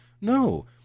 no